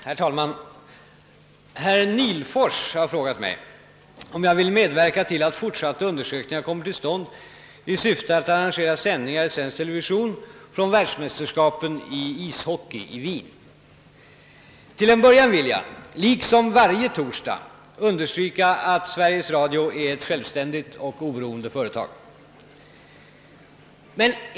Herr talman! Herr Nihlfors har frågat mig, om jag vill medverka till att fortsatta undersökningar kommer till stånd i syfte att arrangera sändningar i svensk television från världsmästerskapen i ishockey i Wien. Till en början vill jag — liksom varje torsdag — understryka att Sveriges Radio är ett självständigt och oberoende företag.